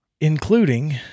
including